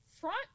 front